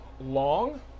long